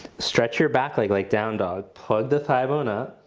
stretch your back leg like down dog. plug the thighbone up.